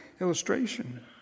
illustration